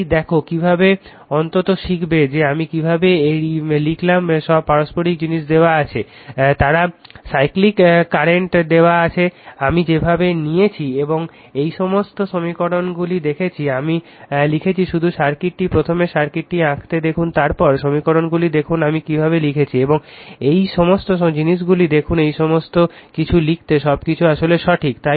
তাই দেখো কিভাবে অন্তত শিখবে যে আমি কিভাবে এই লিখলাম সব পারস্পরিক জিনিস দেওয়া আছে তারা সাইক্লিক কারেন্ট দেওয়া আছে আমি যেভাবে নিয়েছি এবং এই সমস্ত সমীকরণগুলি দেখেছি আমি লিখেছি শুধু সার্কিটটি প্রথমে সার্কিটটি আঁকতে দেখুন তারপর সমীকরণগুলি দেখুন আমি কীভাবে লিখেছি এবং এই সমস্ত জিনিসগুলি দেখুন এই সমস্ত কিছু লিখিত সবকিছু আসলে সঠিক